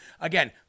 again